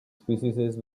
species